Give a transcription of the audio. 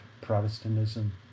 Protestantism